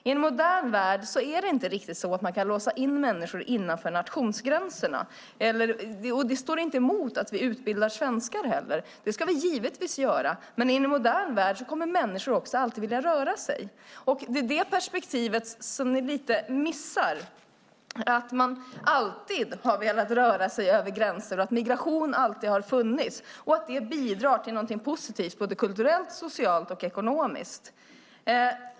I en modern värld är det inte riktigt så att man kan låsa in människor innanför nationsgränserna. Det står inte heller mot att vi utbildar svenskar. Det ska vi givetvis göra. Men i en modern värld kommer människor alltid att vilja röra sig. Det är det perspektivet som ni lite missar, att människor alltid har velat röra sig över gränser, att migration alltid har funnits och att det bidrar till något positivt både kulturellt, socialt och ekonomiskt.